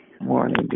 morning